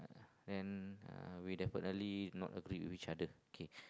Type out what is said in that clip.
then uh we definitely not agree with other okay